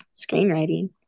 screenwriting